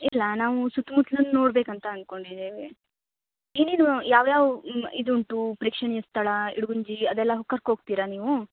ಇಲ್ಲ ನಾವು ಸುತ್ಮುತ್ತಲು ನೋಡ್ಬೇಕು ಅಂತ ಅನ್ಕೊಂಡಿದ್ದೇವೆ ಏನೇನು ಯಾವ್ಯಾವ ಇದು ಉಂಟು ಪ್ರೇಕ್ಷಣೀಯ ಸ್ಥಳ ಇಡಗುಂಜಿ ಅದೆಲ್ಲ ಕರ್ಕೋ ಹೋಗ್ತೀರಾ ನೀವು